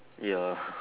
ya